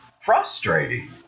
frustrating